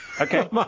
okay